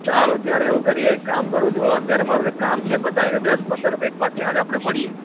ચાલો ત્યારે એવું કરીયે એક કામ કરું છું હું અત્યારે મારું એક કામ છે પતાવીને દસ પંદર મિનિટમાં ત્યાં જ આપણે મળીએ